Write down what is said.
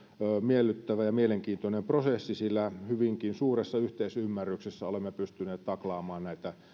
miellyttävä ja mielenkiintoinen prosessi sillä hyvinkin suuressa yhteisymmärryksessä olemme pystyneet taklaamaan näitä